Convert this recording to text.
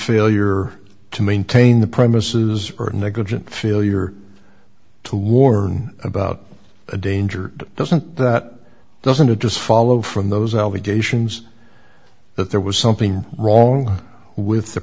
failure to maintain the premises or negligent failure to warn about a danger doesn't that doesn't it just follow from those allegations that there was something wrong with the